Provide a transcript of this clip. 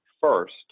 first